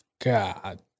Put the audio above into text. God